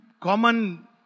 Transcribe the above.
common